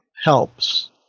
helps